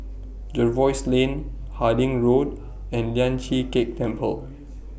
Jervois Lane Harding Road and Lian Chee Kek Temple